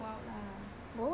no lah